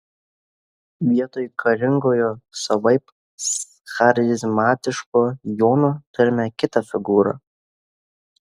vietoj karingojo savaip charizmatiško jono turime kitą figūrą